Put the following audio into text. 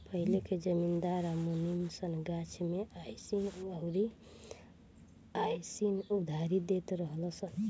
पहिले के जमींदार आ मुनीम सन गाछ मे अयीसन उधारी देत रहलन सन